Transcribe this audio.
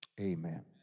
Amen